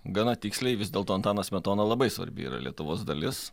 gana tiksliai vis dėlto antanas smetona labai svarbi yra lietuvos dalis